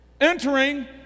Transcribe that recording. Entering